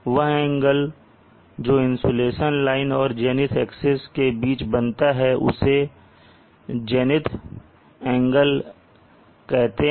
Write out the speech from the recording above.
वह एंगल जो insulation line और जेनिथ एक्सिस के बीच बनता है उसे जनित एंगल कहते हैं